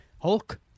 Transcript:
Hulk